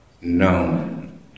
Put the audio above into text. known